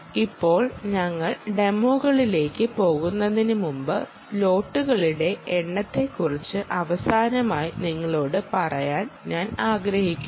ഇപ്പോൾ ഞങ്ങൾ ഡെമോകളിലേക്ക് പോകുന്നതിനുമുമ്പ് സ്ലോട്ടുകളുടെ എണ്ണത്തെക്കുറിച്ച് അവസാനമായി നിങ്ങളോട് പറയാൻ ഞാൻ ആഗ്രഹിക്കുന്നു